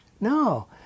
no